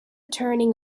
turning